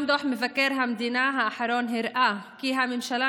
גם דוח מבקר המדינה האחרון הראה כי הממשלה